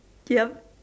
ya